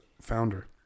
founder